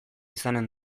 izanen